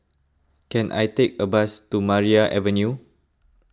can I take a bus to Maria Avenue